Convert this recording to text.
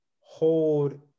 hold